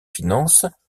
finances